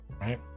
right